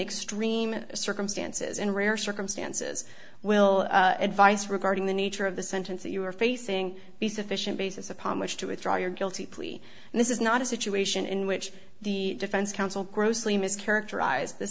extreme circumstances in rare circumstances will advice regarding the nature of the sentence that you are facing be sufficient basis upon which to withdraw your guilty plea and this is not a situation in which the defense counsel grossly mischaracterized th